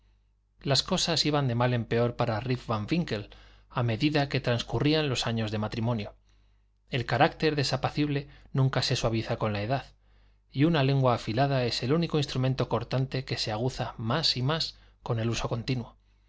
las cosas iban de mal en peor para rip van winkle a medida que transcurrían los años de matrimonio el carácter desapacible nunca se suaviza con la edad y una lengua afilada es el único instrumento cortante que se aguza más y más con el uso continuo